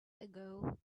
ago